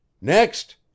Next